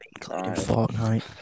Fortnite